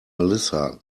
melissa